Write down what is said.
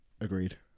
Agreed